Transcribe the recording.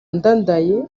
ndadaye